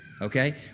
Okay